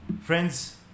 Friends